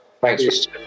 thanks